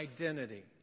identity